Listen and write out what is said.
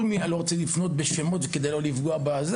אני לא רוצה לפנות בשמות כדי לא לפגוע במי שלא יוזכר.